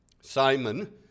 Simon